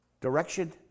direction